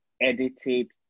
edited